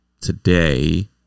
Today